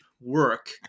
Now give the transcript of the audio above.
work